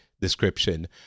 description